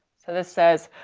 so this says,